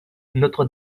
notre